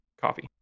Coffee